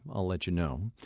i'll let you know. um